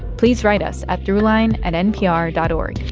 please write us at throughline at npr dot o r g.